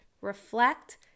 Reflect